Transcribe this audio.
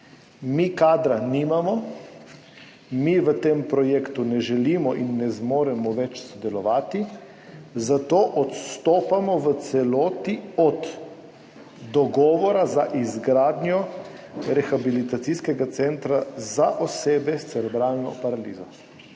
mi kadra nimamo, mi v tem projektu ne želimo in ne zmoremo več sodelovati, zato odstopamo v celoti od dogovora za izgradnjo rehabilitacijskega centra za osebe s cerebralno paralizo.